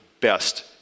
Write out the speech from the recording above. best